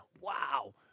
Wow